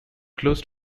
close